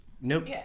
Nope